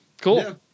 cool